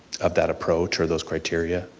um that approach or those criteria.